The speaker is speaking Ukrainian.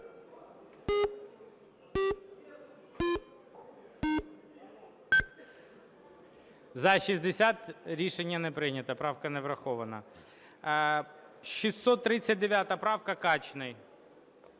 За-60 Рішення не прийнято. Правка не врахована. 639 правка, Качний.